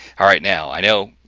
alright. now, i know,